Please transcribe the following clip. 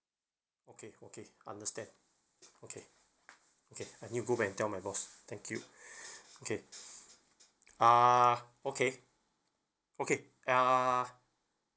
okay okay understand okay okay I need to go back and tell my boss thank you okay uh okay okay uh